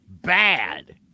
Bad